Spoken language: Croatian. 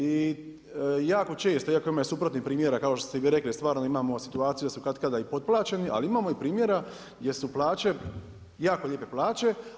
I jako često, iako ima suprotnih primjera kao što ste vi rekli stvarno da imamo situaciju da su katkada i potplaćeni, ali imamo i primjera gdje su plaće, jako lijepe plaće.